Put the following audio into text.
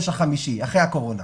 אחרי הקורונה.